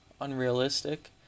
unrealistic